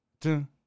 dun